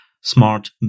smart